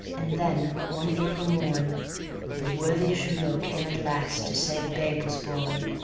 and then one april morn the worthy julot came at last to say the babe was born.